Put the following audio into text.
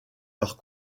leurs